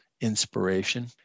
inspiration